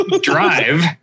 Drive